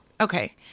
okay